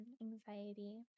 anxiety